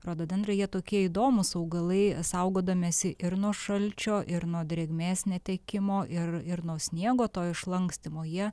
rododendrai jie tokie įdomūs augalai saugodamiesi ir nuo šalčio ir nuo drėgmės netekimo ir ir nuo sniego to išlankstymo jie